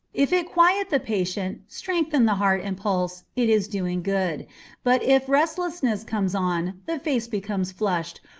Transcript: if it quiet the patient, strengthen the heart and pulse, it is doing good but if restlessness comes on, the face becomes flushed,